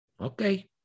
Okay